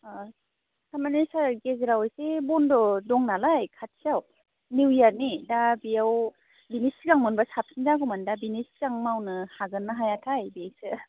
अ थारमाने सार गेजेराव एसे बन्द दंनालाय खाथियाव निउ इयारनि दा बेयाव बिनि सिगां मोनब्ला साबसिन जागौमोन दा बिनि सिगां मावनो हागोन ना हायाथाय बेसो